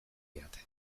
didate